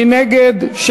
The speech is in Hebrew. מי נגד?